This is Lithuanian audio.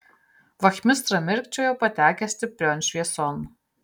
vachmistra mirkčiojo patekęs stiprion švieson